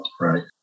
right